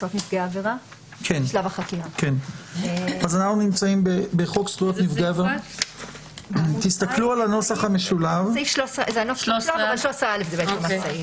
2. סעיף 13(א).